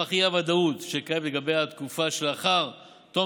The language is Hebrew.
נוכח האי-ודאות שקיימת לגבי התקופה שלאחר תום